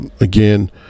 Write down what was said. again